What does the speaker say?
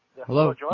Hello